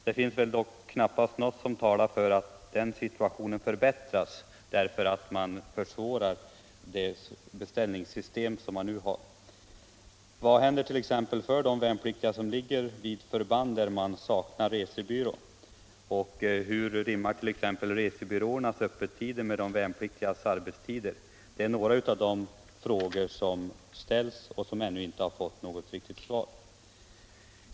Det finns dock knappast något som talar för att situationen i det avseendet förbättras genom att man försämrar möjligheterna att utnyttja det beställningssystem som man nu har. Vad händer t.ex. för de värnpliktiga som ligger vid förband där man saknar resebyrå och hur rimmar t.ex. resebyråernas öppettider med de värnpliktigas arbetstider? Det är några av de frågor som ställts och som ännu inte har fått något riktigt svar.